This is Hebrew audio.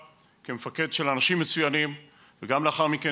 כמפקד של אנשים מצוינים וגם לאחר מכן,